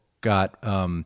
got